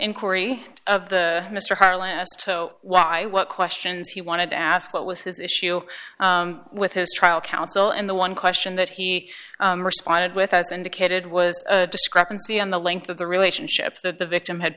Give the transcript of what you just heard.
inquiry of the mr harland asked why what questions he wanted to ask what was his issue with his trial counsel in the one question that he responded with as indicated was a discrepancy on the length of the relationship that the victim had